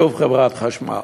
שוב חברת חשמל.